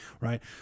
Right